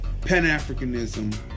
Pan-Africanism